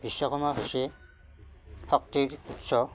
বিশ্বকৰ্মা হৈছে শক্তিৰ উৎস